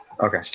Okay